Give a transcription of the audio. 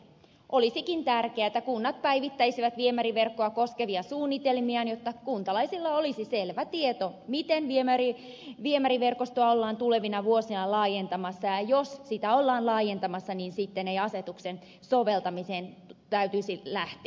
olisikin tärkeätä että kunnat päivittäisivät viemäriverkkoa koskevia suunnitelmiaan jotta kuntalaisilla olisi selvä tieto miten viemäriverkostoa ollaan tulevina vuosina laajentamassa ja jos sitä ollaan laajentamassa niin sitten ei asetuksen soveltamiseen täytyisi lähteä